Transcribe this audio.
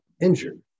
injured